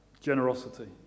generosity